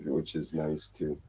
which is nice too.